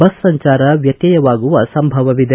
bus ಸಂಚಾರ ವ್ಯತ್ಯಯವಾಗುವ ಸಂಭವವಿದೆ